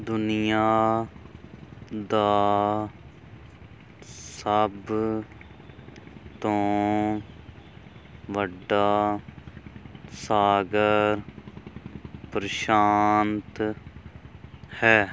ਦੁਨੀਆਂ ਦਾ ਸਭ ਤੋਂ ਵੱਡਾ ਸਾਗਰ ਪ੍ਰਸ਼ਾਂਤ ਹੈ